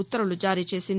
ఉత్తర్వులు జారీచేసింది